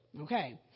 okay